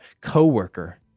coworker